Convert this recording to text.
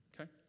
Okay